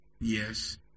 Yes